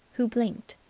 who blinked.